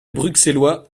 bruxellois